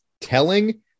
telling